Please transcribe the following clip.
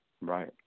Right